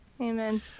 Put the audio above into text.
Amen